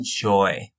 enjoy